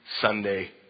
Sunday